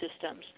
systems